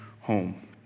home